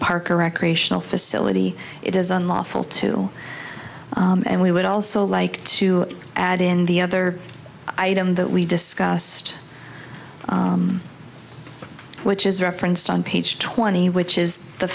park or recreational facility it is unlawful to and we would also like to add in the other item that we discussed which is referenced on page twenty which is the